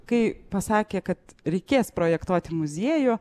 kai pasakė kad reikės projektuoti muziejų